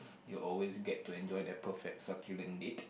you'll always get to enjoy their perfect succulent date